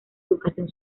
educación